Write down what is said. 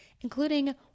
including